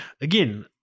again